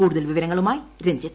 കൂടുതൽ വിവരങ്ങളുമായി രഞ്ജിത്